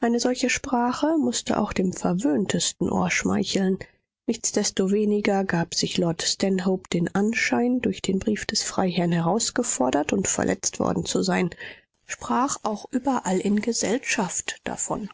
eine solche sprache mußte auch dem verwöhntesten ohr schmeicheln nichtsdestoweniger gab sich lord stanhope den anschein durch den brief des freiherrn herausgefordert und verletzt worden zu sein sprach auch überall in gesellschaft davon